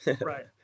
Right